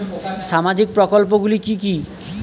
সামাজিক প্রকল্প গুলি কি কি?